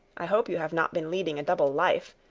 i hope you have not been leading a double life,